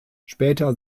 später